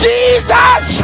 Jesus